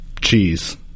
cheese